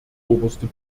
oberste